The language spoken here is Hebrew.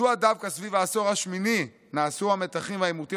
מדוע דווקא סביב העשור השמיני נעשו המתחים והעימותים